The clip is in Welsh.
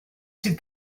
sydd